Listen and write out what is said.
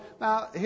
Now